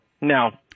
no